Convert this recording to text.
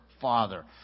Father